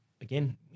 Again